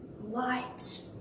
light